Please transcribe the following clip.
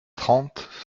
trente